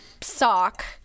sock